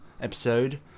episode